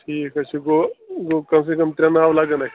ٹھیٖک حظ چھِ گوٚو گوٚو کَم سے کَم ترٛےٚ ناوٕ لگن اَسہِ